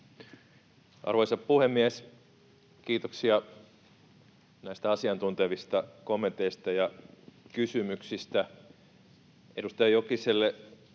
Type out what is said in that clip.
Arvoisa puhemies! Kiitoksia näistä asiantuntevista kommenteista ja kysymyksistä.